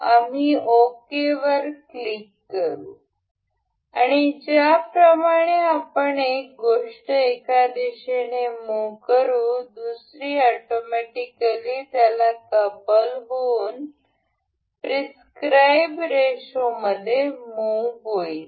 आम्ही ओके वर क्लिक करू आणि ज्याप्रमाणे आपण एक गोष्ट एका दिशेने मूह करू दुसरे ऑटोमॅटिकली त्याला कपल होऊन प्रीस्क्राइब रेशो मध्ये मूह होईल